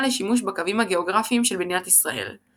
לשימוש בקווים הגאוגרפיים של מדינת ישראל.